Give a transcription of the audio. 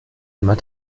immer